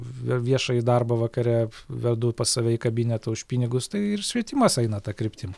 v viešąjį darbą vakare vedu pas save į kabinetą už pinigus tai ir švietimas eina ta kryptim